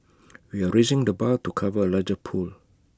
we are raising the bar to cover A larger pool